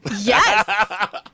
Yes